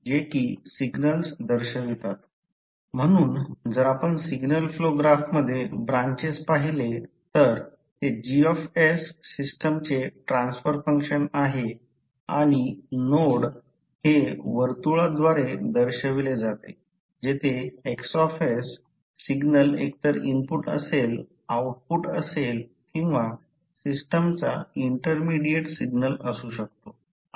म्हणून जर आपण सिग्नल फ्लो ग्राफमध्ये ब्रांचेस पाहिले तर ते G सिस्टमचे ट्रान्सफर फंक्शन आहे आणि नोड हे वर्तुळाद्वारे दर्शविले जाते जेथे X सिग्नल एकतर इनपुट असेल आउटपुट असेल किंवा सिस्टमचा इंटरमिडीएट सिग्नल असू शकतो